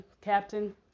captain